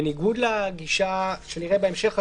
בניגוד לגישה שנראה בהמשך,